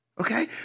okay